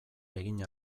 egin